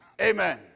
Amen